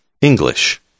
English